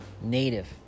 native